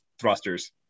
thrusters